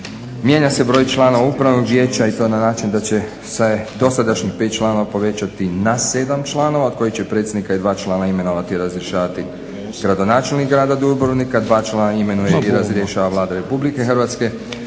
Mijenja se broj članova Upravnog vijeća i to na način da će se dosadašnjih 5 članova povećati na 7 članova, od kojih će predsjednika i 2 člana imenovati i razrješavati gradonačelnik grada Dubrovnika, 2 člana imenuje i razrješava Vlada Republike Hrvatske,